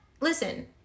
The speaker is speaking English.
listen